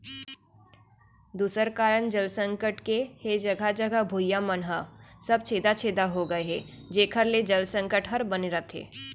दूसर कारन जल संकट के हे जघा जघा भुइयां मन ह सब छेदा छेदा हो गए हे जेकर ले जल संकट हर बने रथे